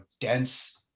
dense